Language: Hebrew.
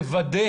לא יכול להיות